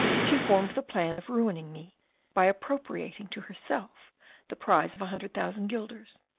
she formed the plan of ruining me by appropriating to herself the prize of a hundred thousand guilders,